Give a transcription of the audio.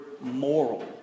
moral